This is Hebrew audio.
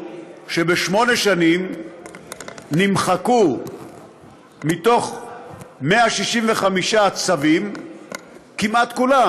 שבשמונה שנים נמחקו מתוך 165 צווים כמעט כולם.